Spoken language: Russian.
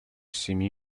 семи